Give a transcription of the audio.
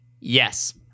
Yes